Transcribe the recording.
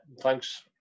Thanks